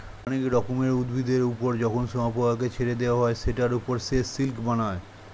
অনেক রকমের উভিদের ওপর যখন শুয়োপোকাকে ছেড়ে দেওয়া হয় সেটার ওপর সে সিল্ক বানায়